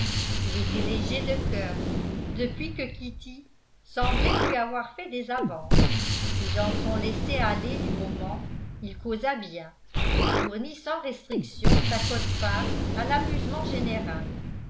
il était léger de cœur depuis que kitty semblait lui avoir fait des avances et dans son laisser-aller du moment il causa bien et fournit sans restriction sa quote-part à l'amusement général